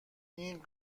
این